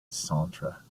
centre